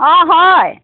অঁ হয়